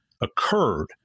occurred